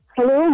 Hello